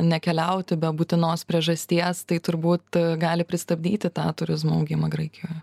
nekeliauti be būtinos priežasties tai turbūt gali pristabdyti tą turizmo augimą graikijoje